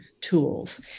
tools